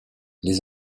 les